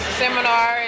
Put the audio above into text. seminar